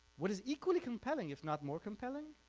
what is equally compelling, if not more compelling,